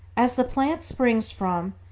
as the plant springs from,